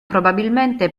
probabilmente